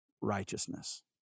righteousness